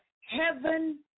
Heaven